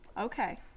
Okay